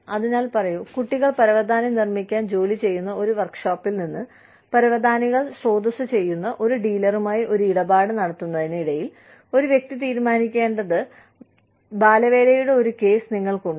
അതിനാൽ പറയൂ കുട്ടികൾ പരവതാനി നിർമ്മിക്കാൻ ജോലി ചെയ്യുന്ന ഒരു വർക്ക്ഷോപ്പിൽ നിന്ന് പരവതാനികൾ സ്രോതസ്സുചെയ്യുന്ന ഒരു ഡീലറുമായി ഒരു ഇടപാട് നടത്തുന്നതിന് ഇടയിൽ ഒരു വ്യക്തി തീരുമാനിക്കേണ്ട ബാലവേലയുടെ ഒരു കേസ് നിങ്ങൾക്കുണ്ട്